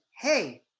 Hey